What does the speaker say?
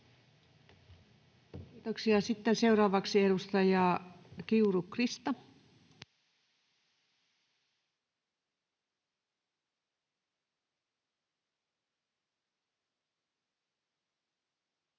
Kiitoksia. — Sitten seuraavaksi edustaja Kiuru, Krista. Arvoisa